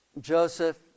Joseph